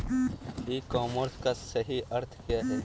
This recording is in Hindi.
ई कॉमर्स का सही अर्थ क्या है?